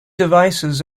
devices